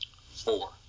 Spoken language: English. four